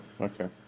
Okay